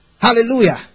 Hallelujah